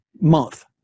month